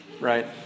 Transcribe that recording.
right